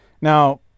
Now